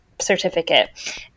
certificate